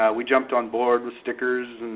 we jumped on board with stickers,